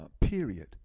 period